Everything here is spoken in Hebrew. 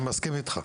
אני מסכים איתך.